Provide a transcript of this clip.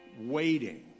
waiting